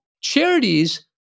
charities